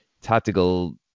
tactical